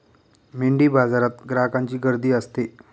मेंढीबाजारात ग्राहकांची गर्दी असते